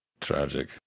Tragic